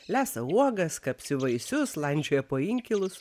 lesa uogas kapsi vaisius landžioja po inkilus